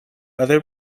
other